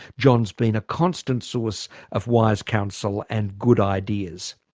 john's been a constant source of wise counsel and good ideas.